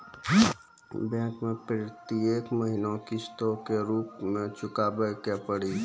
Bank मैं प्रेतियेक महीना किस्तो के रूप मे चुकाबै के पड़ी?